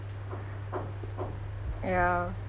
ya